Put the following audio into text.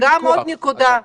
ועוד נקודה.